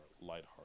lighthearted